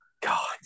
God